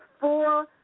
four